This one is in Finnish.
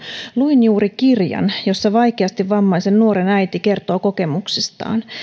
luin juuri kirjan jossa vaikeasti vammaisen nuoren äiti kertoo kokemuksistaan